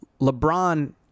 LeBron